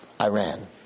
Iran